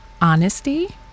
honesty